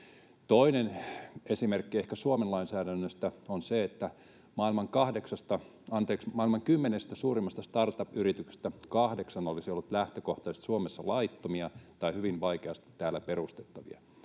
toinen esimerkki Suomen lainsäädännöstä on se, että maailman kymmenestä suurimmasta startup-yrityksestä kahdeksan olisi ollut lähtökohtaisesti Suomessa laittomia tai hyvin vaikeasti täällä perustettavia.